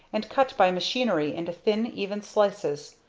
and cut by machinery into thin even slices,